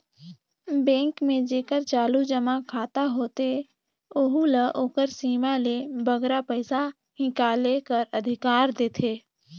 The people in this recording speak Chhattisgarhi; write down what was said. बेंक में जेकर चालू जमा खाता होथे ओहू ल ओकर सीमा ले बगरा पइसा हिंकाले कर अधिकार देथे